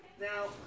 Now